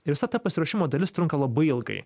ir visa ta pasiruošimo dalis trunka labai ilgai